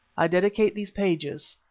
i dedicate these pages,